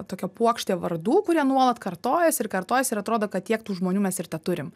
tokia puokštė vardų kurie nuolat kartojasi ir kartojasi ir atrodo kad tiek tų žmonių mes ir teturim